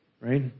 right